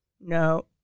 no